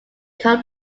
can